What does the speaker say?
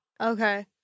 Okay